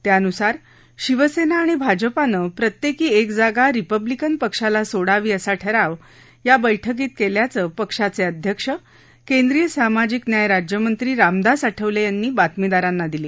त्यानुसार शिवसेना आणि भाजपानं प्रत्येकी एक जागा रिपब्लिकन पक्षाला सोडावी असा ठराव या बैठकीत केल्याचं पक्षाचे अध्यक्ष केंद्रीय सामाजिक न्याय राज्यमंत्री रामदास आठवले यांनी या बातमीदारांना दिली